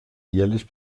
jährlich